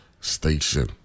station